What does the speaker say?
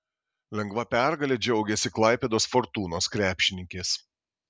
lengva pergale džiaugėsi klaipėdos fortūnos krepšininkės